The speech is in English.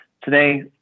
Today